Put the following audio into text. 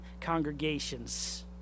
congregations